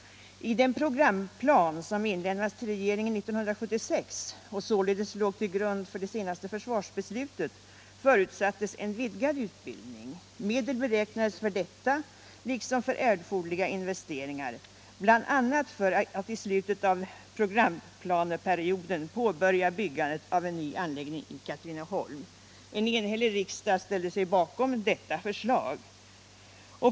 I den programplan som inlämnades till regeringen år 1976 och således låg till grund för det senaste försvarsbeslutet förutsattes en vidgad utbildning. Medel beräknades för detta liksom för erforderliga investeringar bl.a. för att i slutet av programplaneperioden påbörja byggandet av en ny anläggning i Katrineholm. En enhällig riksdag ställde sig bakom detta förslag.